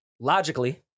Logically